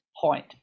point